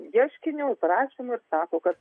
ieškiniu prašymu ir sako kad